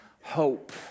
hope